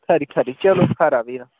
खरी खरी चलो खरा भी तां